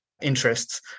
interests